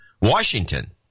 Washington